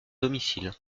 domicile